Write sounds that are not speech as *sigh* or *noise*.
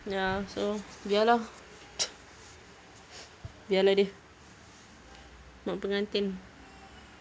ya so biar lah *noise* biar lah dia mak pengantin